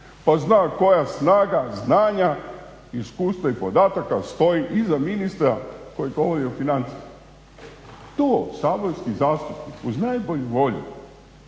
pa zna koja snaga znanja i iskustva i podataka stoji iza ministra koji govori o financijama. To saborski zastupnik uz najbolju volju,